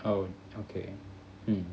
oh okay mm